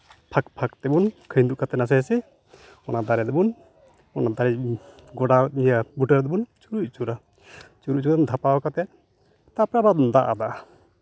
ᱯᱷᱟᱸᱠᱼᱯᱷᱟᱸᱠ ᱛᱮᱵᱚᱱ ᱠᱷᱟᱸᱭᱫᱩᱜ ᱠᱟᱛᱮᱫ ᱱᱟᱥᱮᱼᱱᱟᱥᱮ ᱚᱱᱟ ᱫᱟᱨᱮ ᱫᱚᱵᱚᱱ ᱚᱱᱟ ᱫᱟᱨᱮ ᱜᱚᱸᱰᱟ ᱤᱭᱟᱹ ᱵᱩᱴᱟᱹ ᱨᱮᱵᱚᱱ ᱪᱩᱨᱩᱡ ᱟᱹᱪᱩᱨᱟ ᱪᱩᱨᱩᱡ ᱟᱪᱩᱨ ᱫᱷᱟᱯᱟᱣ ᱠᱟᱛᱮᱫ ᱛᱟᱯᱚᱨᱮ ᱟᱨᱚᱢ ᱫᱟᱜ ᱟᱫᱟ